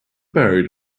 buried